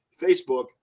Facebook